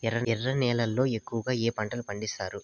ఎర్ర నేలల్లో ఎక్కువగా ఏ పంటలు పండిస్తారు